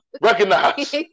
Recognize